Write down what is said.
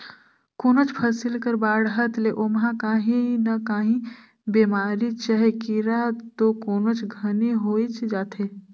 कोनोच फसिल कर बाढ़त ले ओमहा काही न काही बेमारी चहे कीरा दो कोनोच घनी होइच जाथे